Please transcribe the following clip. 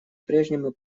прежнему